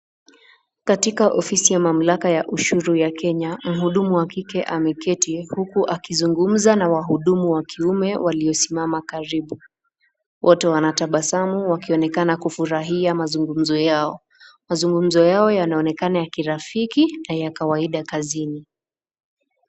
Katika ofisi ya mamlaka ya ushuru ya Kenya, mhudumu wa kike ameketi huku akizungumza na wahudumu wa kiume waliosimama karibu. Wote wana tabasamu wakionekana kufurahia mazungumzo yao ambayo yanaonekana ya kirafiki na ya kawaida kazini.